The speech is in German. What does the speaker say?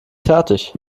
fertig